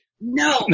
No